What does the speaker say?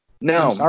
No